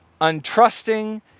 untrusting